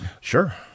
Sure